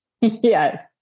Yes